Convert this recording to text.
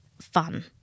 fun